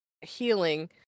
healing